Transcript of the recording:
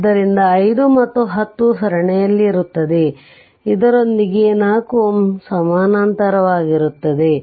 ಆದ್ದರಿಂದ 5 ಮತ್ತು 10 ಸರಣಿಯಲ್ಲಿರುತ್ತವೆ ಇದರೊಂದಿಗೆ 4 Ω ಸಮಾನಾಂತರವಾಗಿರುತ್ತದೆ